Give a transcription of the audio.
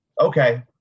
okay